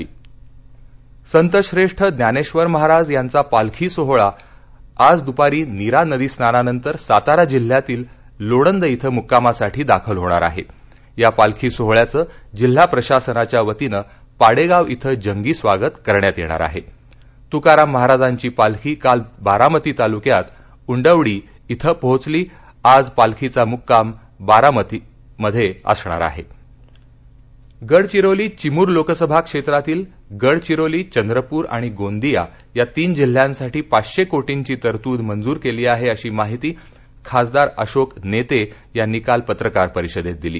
पालखी सातारा संतश्रष्टज्ञानध्रे महाराज यांचा पालखी सोहोळा आज दूपारी नीरा नदीस्नानानंतर सातारा जिल्हातील लोणंद ध्रे मुक्कामासाठी दाखल होणार आहा गा पालखी सोहोळ्याचं जिल्हा प्रशासनाच्या वतीनं पाडग्रि शिं जंगी स्वागत करण्यात यधीर आह नुकाराम महाराजांची पालखी काल बारामती तालुक्यात उंडवडी पोचली आज पालखीचा मुक्काम बारामतीमध्य असल्ल नेते गडचिरोली गडचिरोली चिमूर लोकसभा क्षमत्तील गडचिरोली चंद्रपूर आणि गोंदिया या तीन जिल्ह्यांसाठी पाचशक्रीटींची तरतूद मंजूर क्ली आहअशी माहिती खासदार अशोक नद्यायिनी काल पत्रकार परिषदत्तदिली